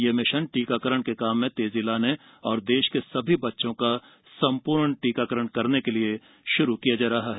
यह मिशन टीकाकरण के काम में तेज़ी लाने और देश के सभी बच्चों का सम्पूर्ण टीकाकरण करने के लिए श्रू किया जा रहा है